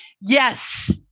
Yes